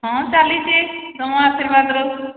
ହଁ ଚାଲିଛି ତୁମ ଆଶୀର୍ବାଦରୁ